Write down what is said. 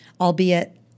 albeit